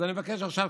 אז אני מבקש עכשיו,